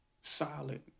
solid